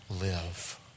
live